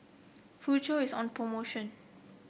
Futuro is on promotion